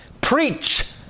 Preach